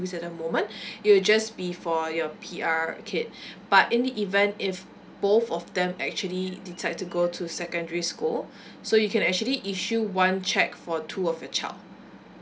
at the moment it will just be for your P_R kid but in the event if both of them actually detached to go to secondary school so you can actually issue one cheque for two of your child